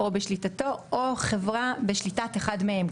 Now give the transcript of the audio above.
או בשליטתו או בחברה בשליטת אחד מהם.